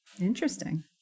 Interesting